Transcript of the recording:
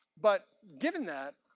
but, given that,